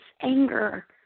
anger